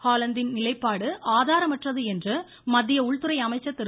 ஹோலந்தின் நிலைப்பாடு ஆதாரமற்றது என்று மத்திய உள்துறை அமைச்சர் திரு